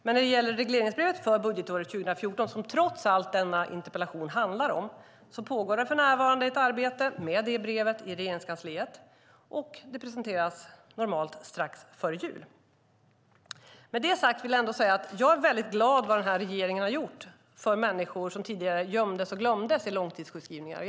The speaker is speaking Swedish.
Men när det gäller regleringsbrevet för budgetåret 2014, som trots allt denna interpellation handlar om, pågår det för närvarande ett arbete med det brevet i Regeringskansliet, och det presenteras normalt strax före jul. Jag är väldigt glad över det som den här regeringen har gjort för människor som tidigare gömdes och glömdes i långtidssjukskrivningar.